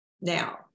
now